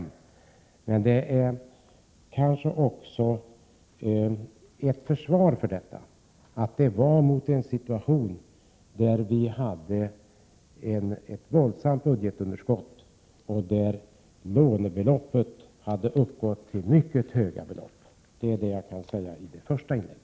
Ett försvar för detta är kanske att det skedde mot bakgrund av en situation där budgetunderskottet var våldsamt och där lånebeloppet gentemot utlandet hade ökat till mycket höga belopp. Det är vad jag kan säga i min första replik.